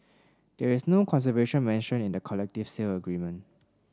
there is no conservation mentioned in the collective sale agreement